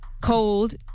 cold